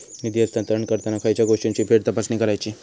निधी हस्तांतरण करताना खयच्या गोष्टींची फेरतपासणी करायची?